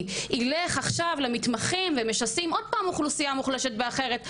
ילך עכשיו למתמחים" ומשסים עכשיו עוד פעם אוכלוסייה מוחלשת אחרת,